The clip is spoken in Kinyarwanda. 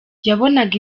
yabonaga